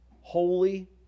holy